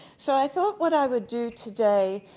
so, i thought what i would do today,